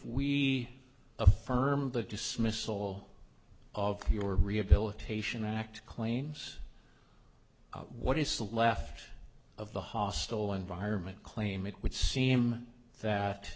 we affirm the dismissal of your rehabilitation act claims what is left of the hostile environment claim it would seem that